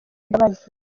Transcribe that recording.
imbabazi